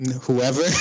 Whoever